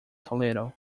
toledo